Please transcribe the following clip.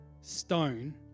stone